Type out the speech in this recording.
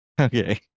Okay